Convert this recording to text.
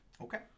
Okay